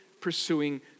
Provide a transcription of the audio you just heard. pursuing